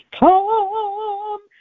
come